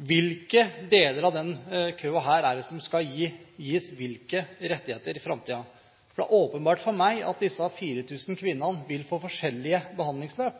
Hvilke deler av denne køen er det som skal gis hvilke rettigheter i framtiden? Det er åpenbart for meg at disse 4 000 kvinnene vil få forskjellige behandlingsløp,